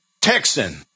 Texan